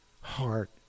heart